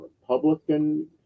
Republican